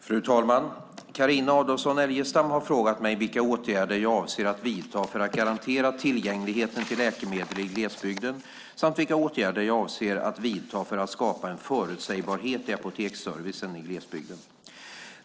Fru talman! Carina Adolfsson Elgestam har frågat mig vilka åtgärder jag avser att vidta för att garantera tillgängligheten till läkemedel i glesbygden samt vilka åtgärder jag avser att vidta för att skapa en förutsägbarhet i apoteksservicen i glesbygden.